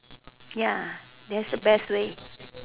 ya that's the best way